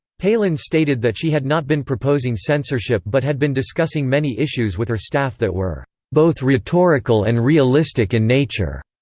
palin stated that she had not been proposing censorship but had been discussing many issues with her staff that were both rhetorical and realistic in nature.